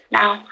now